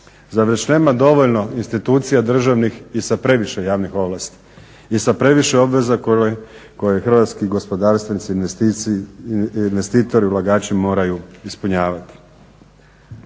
Zar već nema dovoljno institucija državnih i sa previše javnih ovlasti i sa previše obveza koje hrvatski gospodarstvenici i investitori i ulagači moraju ispunjavati?